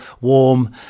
warm